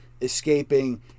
escaping